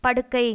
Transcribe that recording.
படுக்கை